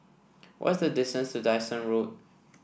what is the distance to Dyson Road